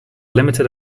limited